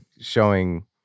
showing